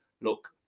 look